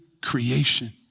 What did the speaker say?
creation